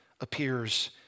appears